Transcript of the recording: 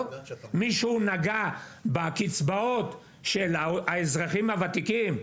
מישהו נגע בקצבאות של האזרחים הוותיקים?